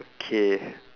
okay